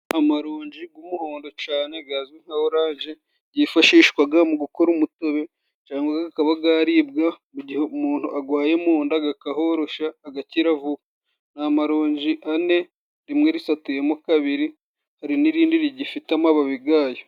Amaronje g'umuhondo cane gazwi nka oranje, gifashishwaga mu gukora umutobe cangwa gakaba garibwa mu gihe umuntu agwaye mu nda, gakahorosha agakira vuba. Ni amaronji ane rimwe risatuyemo kabiri, hari n'irindi rigifite amababi gayo.